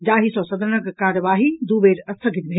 जाहि सॅ सदनक कार्यवाही दू बेर स्थगित भेल